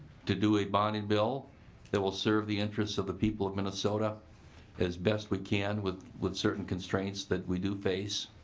to do a bonding bill that will serve the interests of the people minnesota as best we can with with certain constraints that we do face